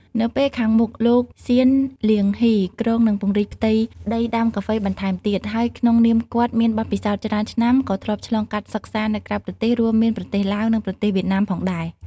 នៅពេលខាងមុខលោក ស៊ាន លាងហុី គ្រោងនឹងពង្រីកផ្ទៃដីដាំកាហ្វេបន្ថែមទៀត ហើយក្នុងនាមគាត់មានបទពិសោធច្រើនឆ្នាំ ក៏ធ្លាប់ឆ្លងកាត់សិក្សានៅក្រៅប្រទេស រួមមានប្រទេសឡាវ និងប្រទេសវៀតណាមផងដែរ។